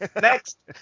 Next